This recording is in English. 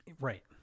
right